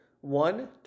one